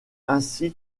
ainsi